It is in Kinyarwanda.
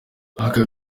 ako